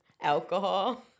alcohol